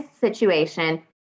situation